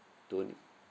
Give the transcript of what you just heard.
to